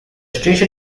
station